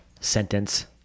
sentence